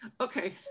okay